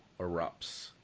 erupts